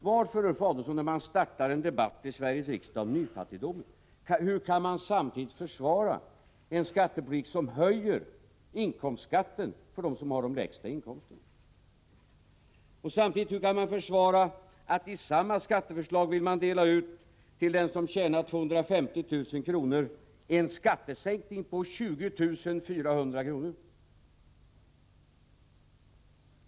Hur kan Ulf Adelsohn starta en debatt i Sveriges riksdag om nyfattigdomen och samtidigt försvara en skattepolitik som höjer inkomstskatten för dem som har de lägsta inkomsterna? Hur kan han försvara att man i samma skatteförslag till en som tjänar 250 000 kr. vill dela ut en skattesänkning på 20 400 kr.?